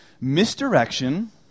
misdirection